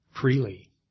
freely